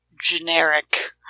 generic